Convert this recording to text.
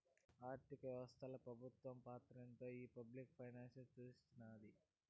ఆర్థిక వ్యవస్తల పెబుత్వ పాత్రేంటో ఈ పబ్లిక్ ఫైనాన్స్ సూస్తున్నాది